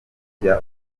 ujya